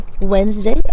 Wednesday